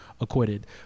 acquitted